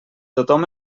tothom